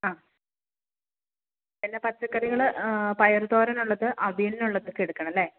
ആ പിന്നെ പച്ചക്കറികൾ പയറു തോരനുള്ളത് അവിയലിനുള്ളതൊക്കെ എടുക്കണം അല്ലേ